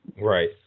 Right